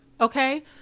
okay